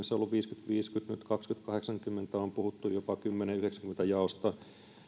se on kaksikymmentä kautta kahdeksankymmentä on puhuttu jopa kymmenen kautta yhdeksänkymmentä jaosta